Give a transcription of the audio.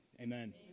Amen